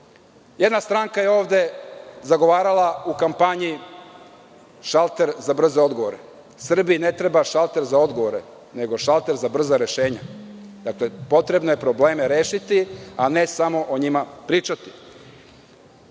Jedna stranka je ovde zagovarala u kampanji šalter za brze odgovore. Srbiji ne treba šalter za brze odgovore nego šalter za brza rešenja. Dakle, potrebno je probleme rešiti, a ne samo o njima pričati. Šta